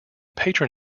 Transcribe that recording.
patron